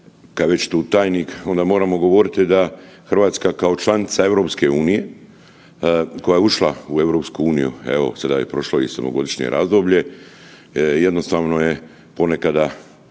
je već tu tajnik onda moramo govoriti da Hrvatska kao članica EU koja je ušla u EU, evo sada je prošlo i sedmogodišnje razdoblje jednostavno je ponekada